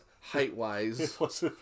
height-wise